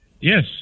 Yes